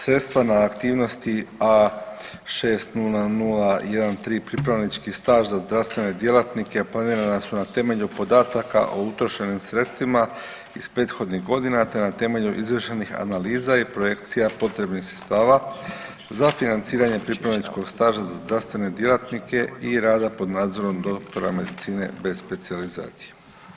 Sredstva na aktivnosti A60013 pripravnički staž za zdravstvene djelatnike planirana su na temelju podataka o utrošenim sredstvima iz prethodnih godina te na temelju izvršenih analiza i projekcija potrebnih sredstava za financiranje pripravničkog staža za zdravstvene djelatnike i rada pod nadzorom doktora medicine bez specijalizacije.